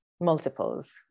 multiples